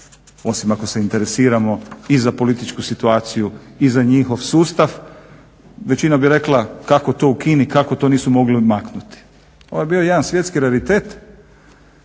osim ako se zainteresiramo i za političku situaciju i za njihov sustav, većina bi rekla kako to u Kini kako to nisu mogli odmaknuti. Ovo je bio jedan svjetski raritet